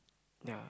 ya